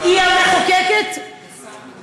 היא המחוקקת, את מדברת שבע דקות.